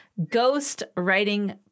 ghostwriting